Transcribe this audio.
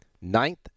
Ninth